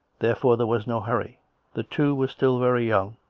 therefore there was no hurry the two were still very young,